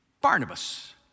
Barnabas